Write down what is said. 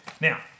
Now